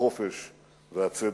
החופש והצדק.